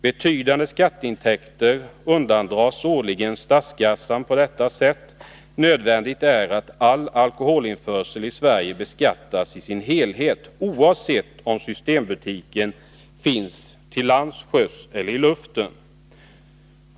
Betydande skatteintäkter undandras årligen statskassan på detta sätt. Nödvändigt är att all alkoholinförsel i Sverige beskattas i sin helhet, oavsett om systembutiker finns på land, till sjöss eller i luften.